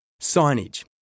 Signage